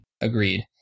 agreed